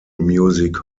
music